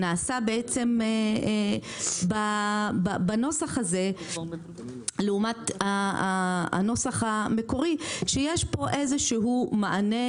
שנעשה בנוסח הזה לעומת הנוסח המקורי זה שיש פה איזה שהוא מענה